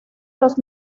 los